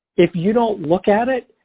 if you don't look at it,